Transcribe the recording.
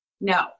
No